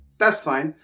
that's fine!